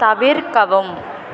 தவிர்க்கவும்